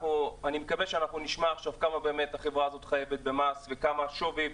אני מקווה שאנחנו נשמע עכשיו כמה באמת החברה הזאת חייבת במס וכמה השווי,